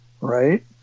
Right